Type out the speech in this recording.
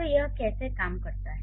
तो यह कैसे काम करता है